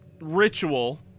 ritual